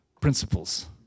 principles